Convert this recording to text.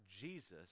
Jesus